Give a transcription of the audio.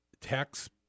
Tax